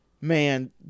man